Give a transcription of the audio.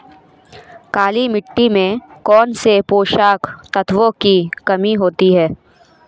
काली मिट्टी में कौनसे पोषक तत्वों की कमी होती है?